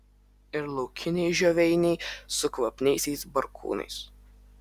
ir laukiniai žioveiniai su kvapniaisiais barkūnais